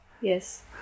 Yes